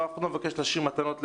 אף אחד לא מבקש להשאיר מתנות לאנשים.